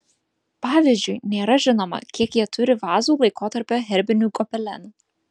pavyzdžiui nėra žinoma kiek jie turi vazų laikotarpio herbinių gobelenų